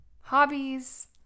hobbies